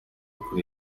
kuri